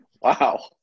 Wow